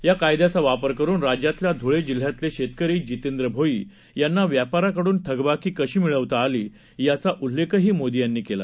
या कायद्याचा वापर करून राज्यातल्या ध्ळे जिल्ह्यातले शेतकरी जितेंद्र भोई यांना व्यापाऱ्याकडून थकबाकी कशी मिळवता आली याचा उल्लेखही मोदी यांनी केला